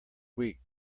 week